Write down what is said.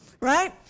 Right